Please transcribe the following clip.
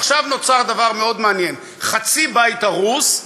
עכשיו נוצר דבר מאוד מעניין: חצי בית הרוס,